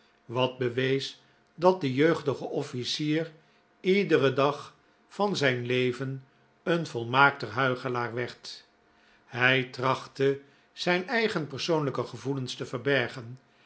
wat bewees dat de jeugdige officier iederen p p dag van zijn leven een volmaakter huichelaar werd hij trachtte zijn eigen perp p soonlijke gevoelens te verbergen